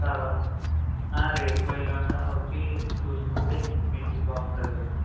తరువాత రేపో ఎల్లుండో వచ్చి చూసుకోండి మీకు బాగుంటుంది కదా